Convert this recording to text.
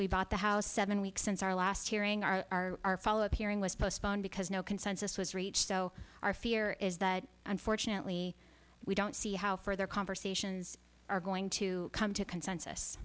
we bought the house seven weeks since our last hearing r r r followed hearing was postponed because no consensus was reached so our fear is that unfortunately we don't see how further conversations are going to come to consensus